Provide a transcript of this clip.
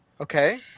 Okay